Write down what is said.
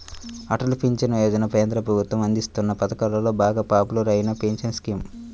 Atal pension Yojana కేంద్ర ప్రభుత్వం అందిస్తోన్న పథకాలలో బాగా పాపులర్ అయిన పెన్షన్ స్కీమ్